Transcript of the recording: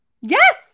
Yes